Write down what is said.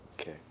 Okay